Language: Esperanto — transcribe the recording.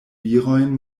virojn